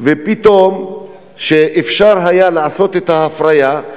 ופתאום אפשר היה לעשות את ההפריה,